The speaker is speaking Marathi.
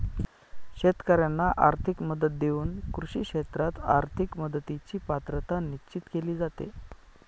शेतकाऱ्यांना आर्थिक मदत देऊन कृषी क्षेत्रात आर्थिक मदतीची पात्रता निश्चित केली जाते